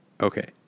Okay